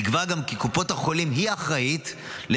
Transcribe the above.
נקבע גם כי קופת החולים היא האחראית מטעמה